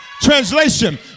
Translation